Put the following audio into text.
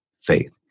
faith